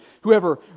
whoever